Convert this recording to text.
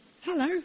Hello